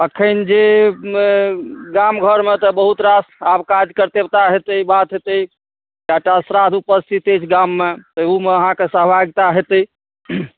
एखन जे गामघरमे तऽ बहुत रास आब काज करतेवता हेतै बात हेतै कए टा श्राद्ध उपस्थित अछि गाममे ओहूमे अहाँके सहभागिता हेतै